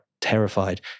terrified